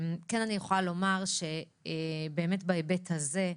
אני כן יכולה לומר שבאמת בהיבט הזה: